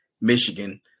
Michigan